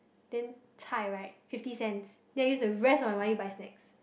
then zai right fifty cents then I use the rest of my money buy snacks